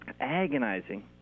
agonizing